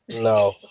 No